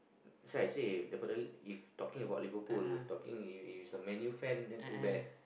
so I say definitely if talking about Liverpool talking is is a Man-U fans then too bad